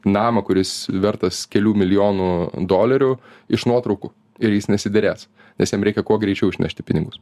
namą kuris vertas kelių milijonų dolerių iš nuotraukų ir jis nesiderės nes jam reikia kuo greičiau išnešti pinigus